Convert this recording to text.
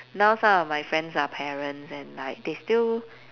now some my friends are parents and like they still